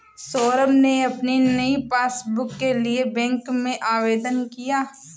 सौरभ ने अपनी नई पासबुक के लिए बैंक में आवेदन किया